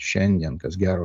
šiandien kas gero